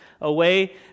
away